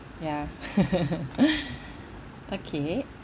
ya okay